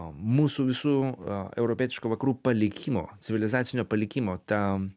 mūsų visų europietiškų vakarų palikimo civilizacinio palikimo tą